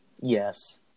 Yes